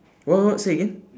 what what say again